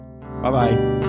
Bye-bye